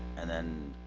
and then